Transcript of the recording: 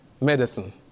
medicine